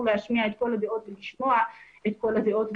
להשמיע את כל הדעות ולשמוע את כל הדעות,